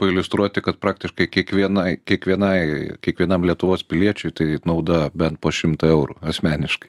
pailiustruoti kad praktiškai kiekvienai kiekvienai kiekvienam lietuvos piliečiui tai nauda bent po šimtą eurų asmeniškai